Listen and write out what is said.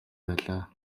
байлаа